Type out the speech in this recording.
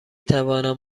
توانم